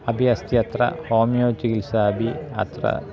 अपि अस्ति अत्र होमियो चिकित्सा अपि अत्र